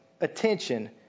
attention